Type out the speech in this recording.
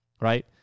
Right